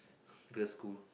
girls school